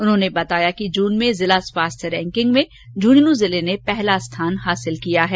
उन्होंने बताया कि जून में जिला स्वास्थ्य रैंकिंग में झुंझुनं जिले ने पहला स्थान प्राप्त किया है